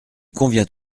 convient